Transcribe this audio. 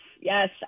yes